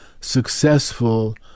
Successful